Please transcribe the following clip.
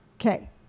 Okay